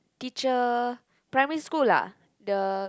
teacher primary school lah the